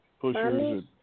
pushers